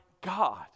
God